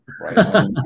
right